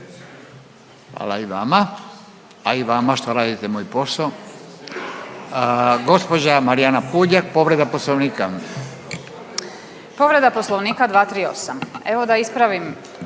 Hvala i vama, a i vama što radite moj posao. Gospođa Marijana Puljak, povreda Poslovnika. **Puljak, Marijana (Centar)** Povreda Poslovnika 238. Evo da ispravim